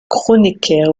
kronecker